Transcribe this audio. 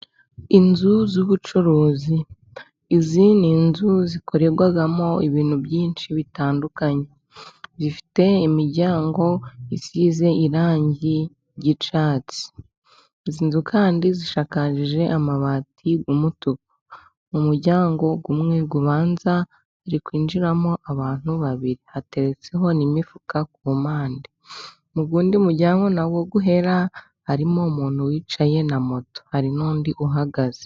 Inzu z'ubucuruzi izi ni inzu zikorerwagamo ibintu byinshi bitandukanye, zifite imiryango isize irangi ry'icyatsi, izinzu kandi zishakajije amabati yumutuku umuryango umwe ubanza urikwinjiramo abantu babiri hateretseho n'imifuka ku mpande, muwundi muryango nawo guhera harimo umuntu wicaye na moto hari n'undi uhagaze.